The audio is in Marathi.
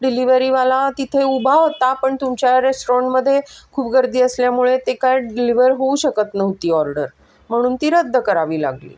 डिलिव्हरीवाला तिथे उभा होता पण तुमच्या रेस्टॉरंटमध्ये खूप गर्दी असल्यामुळे ते काय डिलिवर होऊ शकत नव्हती ऑर्डर म्हणून ती रद्द करावी लागली